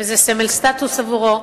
וזה סמל סטטוס עבורו.